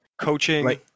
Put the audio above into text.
coaching